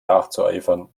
nachzueifern